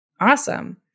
Awesome